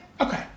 Okay